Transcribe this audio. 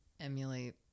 emulate